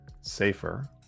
safer